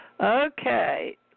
Okay